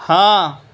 ہاں